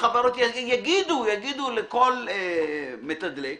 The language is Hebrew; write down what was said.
החברות יגידו לכל מתדלק,